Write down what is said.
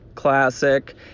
classic